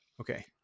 Okay